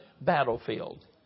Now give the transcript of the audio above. battlefield